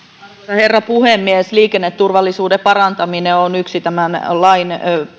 herra puhemies liikenneturvallisuuden parantaminen on yksi tämän lain